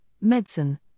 medicine